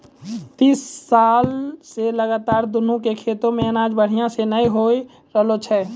तीस साल स लगातार दीनू के खेतो मॅ अनाज बढ़िया स नय होय रहॅलो छै